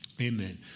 Amen